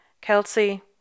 Kelsey